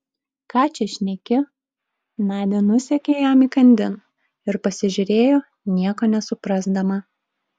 ką čia šneki nadia nusekė jam įkandin ir pasižiūrėjo nieko nesuprasdama